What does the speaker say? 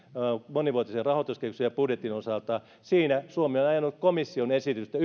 monivuotisen rahoituskehyksen ja budjetin osalta siinä suomi on ajanut yksiselitteisesti komission esitystä